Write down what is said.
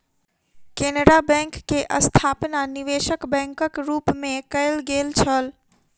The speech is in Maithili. केनरा बैंक के स्थापना निवेशक बैंकक रूप मे कयल गेल छल